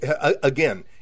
again